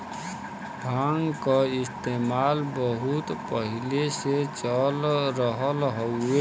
भांग क इस्तेमाल बहुत पहिले से चल रहल हउवे